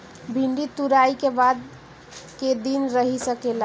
भिन्डी तुड़ायी के बाद क दिन रही सकेला?